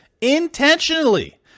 intentionally